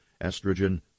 estrogen